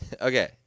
Okay